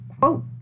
quote